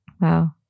Wow